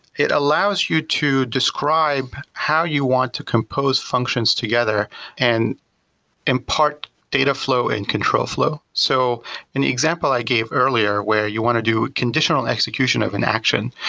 it allows you to describe how you want to compose functions together and impart data flow and control flow. so an example i gave earlier where you want to do conditional execution of an action,